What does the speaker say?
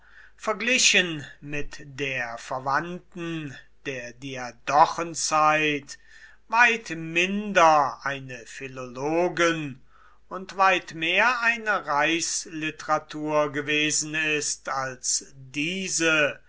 verglichen mit der verwandten der diadochenzeit weit minder eine philologen und weit mehr eine reichsliteratur gewesen ist als diese